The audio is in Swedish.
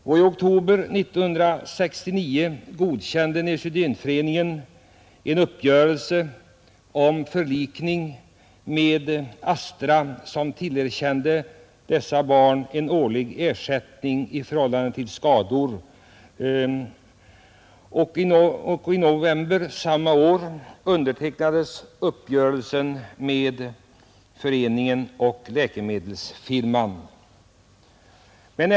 I oktober 1969 godkände neurosedynföreningen en uppgörelse om förlikning med Astra, som tillerkände barnen en årlig ersättning i förhållande till skadorna. I november samma år undertecknades uppgörelsen med föreningen och läkemedelsfirman.